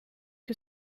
que